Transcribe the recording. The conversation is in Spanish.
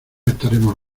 estaremos